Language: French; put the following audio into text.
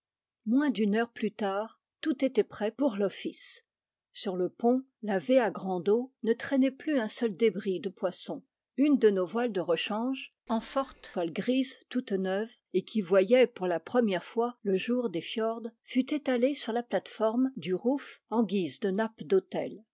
moins d'une heure plus tard tout était prêt pour l'office sur le pont lavé à grande eau ne traînait plus un seul débris de poisson une de nos voiles de rechange en forte toile grise toute neuve et qui voyait pour la première fois le jour des fiords fut étalée sur la plate-forme du rouf en guise de nappe d'autel